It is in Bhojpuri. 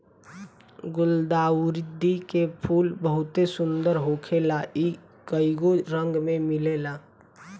गुलदाउदी के फूल बहुते सुंदर होखेला इ कइगो रंग में मिलेला